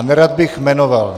Nerad bych jmenoval.